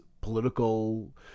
political